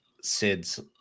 Sid's